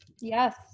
yes